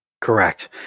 Correct